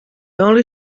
only